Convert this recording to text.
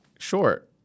Sure